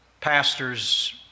pastor's